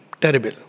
terrible